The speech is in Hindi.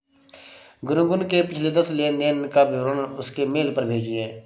गुनगुन के पिछले दस लेनदेन का विवरण उसके मेल पर भेजिये